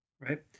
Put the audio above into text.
Right